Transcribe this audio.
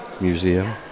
museum